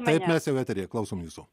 taip mes jau eteryje klausom jūsų